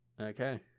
Okay